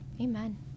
Amen